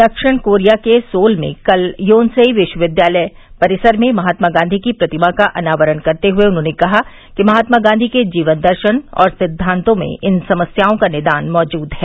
दक्षिण कोरिया के सोल में कल योनसेइ विश्वविद्यालय परिसर में महात्मा गांधी की प्रतिमा का अनावरण करते हुए उन्होंने कहा कि महात्मा गांधी के जीवन दर्शन और सिद्वांतों में इन समस्याओं का निदान मौजूद है